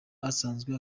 asanzwe